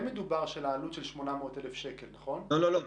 לא, לא.